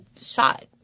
shot